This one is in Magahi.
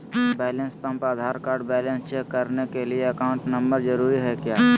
Balance pump Aadhaar card balance check करने के लिए अकाउंट नंबर जरूरी है क्या?